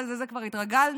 אבל לזה כבר התרגלנו,